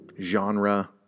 Genre